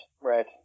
right